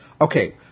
okay